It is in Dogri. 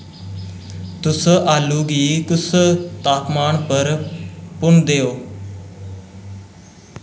तुस आलू गी कुस तापमान पर भुन्नदे ओ